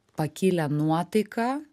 pakilią nuotaiką